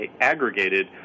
aggregated